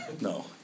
No